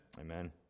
Amen